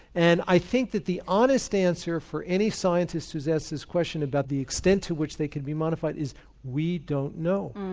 and i think that the honest answer for any scientist who is asked this question about the extent to which they can be modified is we don't know.